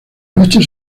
noche